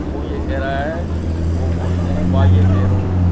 وہ یہ کہہ رہا ہے وہ بولتے ہیں وا یہ کہہ رہو